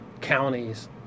counties